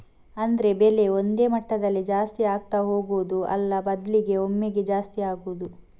ಅಂದ್ರೆ ಬೆಲೆ ಒಂದೇ ಮಟ್ಟದಲ್ಲಿ ಜಾಸ್ತಿ ಆಗ್ತಾ ಹೋಗುದು ಅಲ್ಲ ಬದ್ಲಿಗೆ ಒಮ್ಮೆಗೇ ಜಾಸ್ತಿ ಆಗುದು